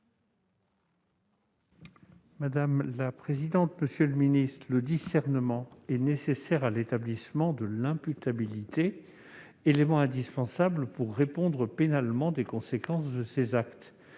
: La parole est à M. Jean-Pierre Sueur. Le discernement est nécessaire à l'établissement de l'imputabilité, élément indispensable pour répondre pénalement des conséquences de ses actes.